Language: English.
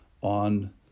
on